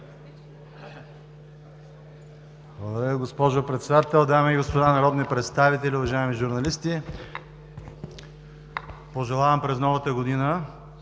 Благодаря Ви, госпожо Председател. Дами и господа народни представители, уважаеми журналисти! Пожелавам през новата година